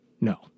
No